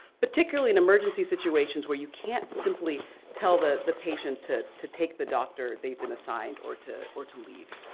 particularly in emergency situations where you can't simply tell the the patient to to take the doctor they've been assigned or to or to leave.